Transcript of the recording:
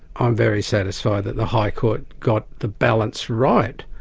i'm very satisfied that the high court got the balance right,